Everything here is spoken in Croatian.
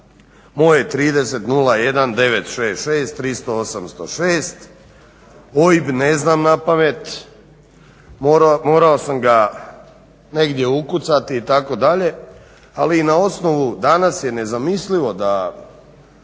je 3001966300806, OIB ne znam napamet, morao sam ga negdje ukucati itd., ali na osnovu danas je nezamislivo da